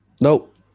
Nope